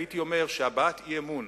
הייתי אומר שהבעת אי-אמון